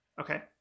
Okay